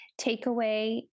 takeaway